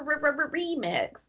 remix